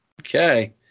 Okay